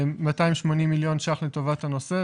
280 מיליון ש"ח לטובת הנושא.